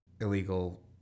illegal